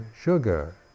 sugar